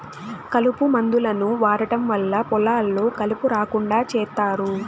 కలుపు మందులను వాడటం వల్ల పొలాల్లో కలుపు రాకుండా చేత్తారు